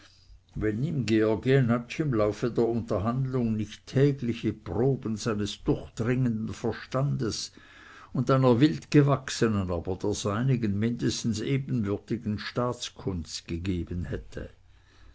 wenn ihm georg jenatsch im laufe der unterhandlung nicht tägliche proben eines durchdringenden verstandes und einer wildgewachsenen aber der seinigen mindestens ebenbürtigen staatskunst gegeben hätte